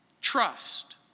Trust